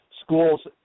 Schools